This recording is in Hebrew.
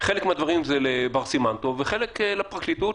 חלק מהדברים הם לבר סימן טוב וחלק לפרקליטות,